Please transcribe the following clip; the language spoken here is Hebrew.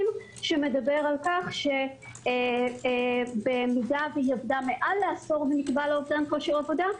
שמדבר על-כך שבמידה והיא עבדה מעל לעשור ונקבע לה אובדן כושר עבודה,